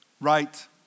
right